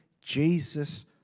jesus